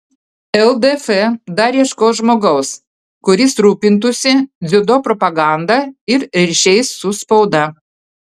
ldf dar ieškos žmogaus kuris rūpintųsi dziudo propaganda ir ryšiais su spauda